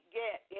get